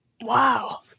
Wow